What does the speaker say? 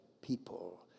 people